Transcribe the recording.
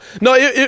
no